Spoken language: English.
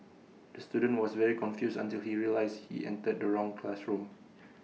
the student was very confused until he realised he entered the wrong classroom